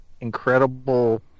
incredible